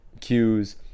cues